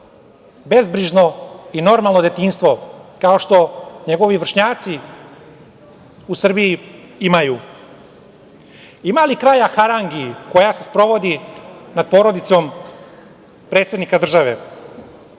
bezbrižno i normalno detinjstvo, kao što njegovi vršnjaci u Srbiji imaju? Ima li kraja harangi koja se sprovodi nad porodicom predsednika države? Ovih